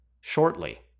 shortly